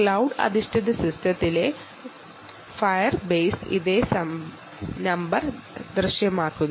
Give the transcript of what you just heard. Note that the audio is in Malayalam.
ക്ലൌഡ്ഡ് അധിഷ്ഠിത സിസ്റ്റത്തിലെ ഫയർ ബേസിലും ഇതേ നമ്പർ ദൃശ്യമാകുന്നു